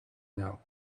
know